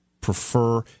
prefer